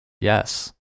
yes